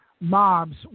mobs